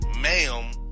ma'am